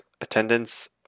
attendance